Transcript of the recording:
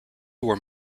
were